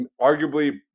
arguably